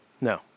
No